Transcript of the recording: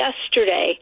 yesterday